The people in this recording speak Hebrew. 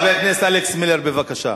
חבר הכנסת אלכס מילר, בבקשה.